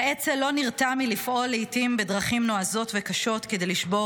האצ"ל לא נרתע מלפעול לעיתים בדרכים נועזות וקשות כדי לשבור